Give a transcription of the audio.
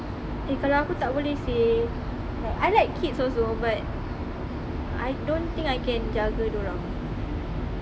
eh kalau aku tak boleh seh like I like kids also but I don't think I can jaga diorang